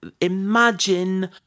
imagine